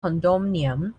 condominiums